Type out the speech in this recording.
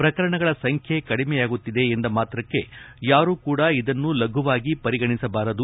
ಪ್ರಕರಣಗಳ ಸಂಖ್ಯೆ ಕಡಿಮೆಯಾಗುತ್ತಿದೆ ಎಂದ ಮಾತ್ರಕ್ಕೆ ಯಾರೂ ಕೂಡ ಲಘುವಾಗಿ ಪರಿಗಣಿಸಬಾರದು